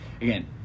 again